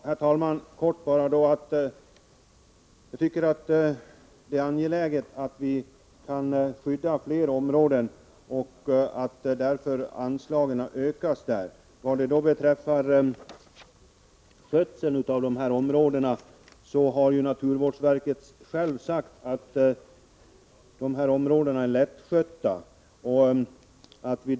Herr talman! Jag tycker det är angeläget att vi skyddar fler områden och att därför anslagen ökas. Naturvårdsverket har självt sagt att dessa områden är lättskötta.